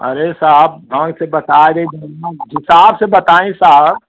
अरे साहब गाँव से बस आ गई हिसाब से बताई साहब